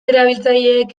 erabiltzaileek